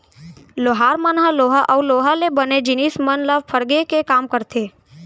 लोहार मन ह लोहा अउ लोहा ले बने जिनिस मन ल फरगे के काम करथे